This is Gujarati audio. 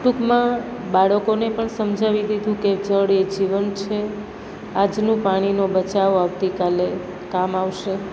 ટૂંકમાં બાળકોને પણ સમજાવી દીધું કે જળ એ જ જીવન છે આજનો પાણીનો બચાવ આવતીકાલે કામ આવશે